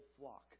flock